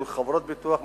מול חברות הביטוח,